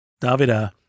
Davida